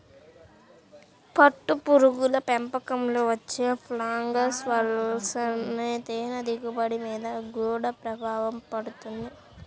పట్టుపురుగుల పెంపకంలో వచ్చే ఫంగస్ల వలన తేనె దిగుబడి మీద గూడా ప్రభావం పడుతుంది